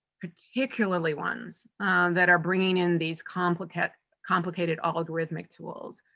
particularly ones that are bringing in these complicated complicated algorithmic tools,